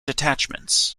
detachments